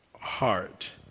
heart